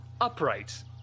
Upright